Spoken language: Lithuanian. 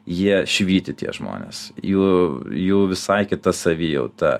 jie švyti tie žmonės jų jų visai kita savijauta